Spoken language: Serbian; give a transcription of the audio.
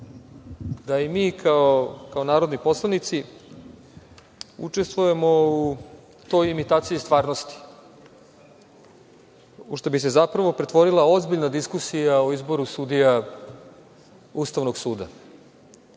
da i mi, kao narodni poslanici, učestvujemo u toj imitaciji stvarnosti u šta bi se zapravo pretvorila ozbiljna diskusija u izboru sudija Ustavnog suda,